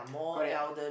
correct